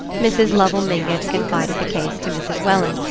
mrs. lovell mingott confided the case to mrs. welland,